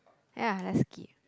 ya let's skip